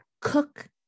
cook